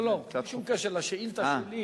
לא, לא, שום קשר לשאילתא שלי.